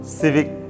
civic